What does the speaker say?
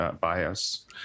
bias